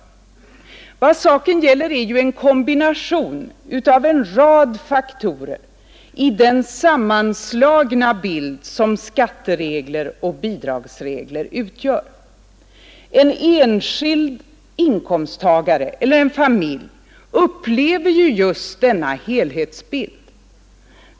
Vad saken gäller är ju en kombination av en rad faktorer i den sammanslagna bild som skatteregler och bidragsregler utgör. En enskild inkomsttagare eller en familj upplever ju just denna helhetsbild.